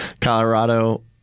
Colorado